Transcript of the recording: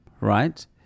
Right